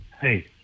Hey